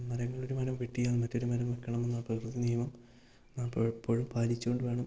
മരങ്ങളൊരു മരം വെട്ടിയാൽ മറ്റൊരു മരം വെക്കണമെന്നാണ് പ്രകൃതി നിയമം അപ്പം എപ്പോഴും പാലിച്ചുകൊണ്ട് വേണം